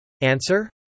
Answer